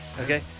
Okay